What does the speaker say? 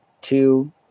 two